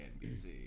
NBC